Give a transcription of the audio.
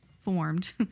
formed